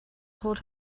hold